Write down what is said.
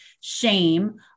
shame